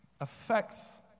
affects